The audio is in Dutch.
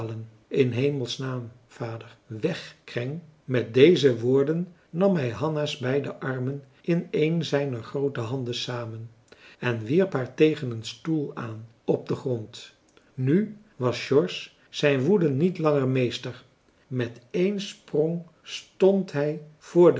s hemelsnaam vader weg kreng met deze woorden nam hij hanna's beide armen in een zijner groote handen samen en wierp haar tegen een stoel aan op den grond nu was george zijn woede niet langer meester met één sprong stond hij voor